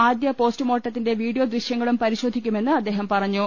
ആദ്യപോസ്റ്റുമോർട്ടത്തിന്റെ video ദൃശ്യങ്ങളും പരിശോധിക്കുമെന്ന് അദ്ദേഹം പറഞ്ഞു